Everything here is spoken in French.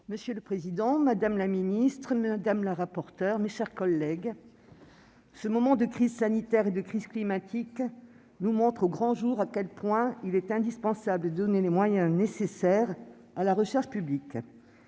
Monsieur le président, madame la ministre, mes chers collègues, ce moment de crise sanitaire et climatique nous révèle au grand jour à quel point il est indispensable de donner les moyens nécessaires à la recherche publique.